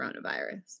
coronavirus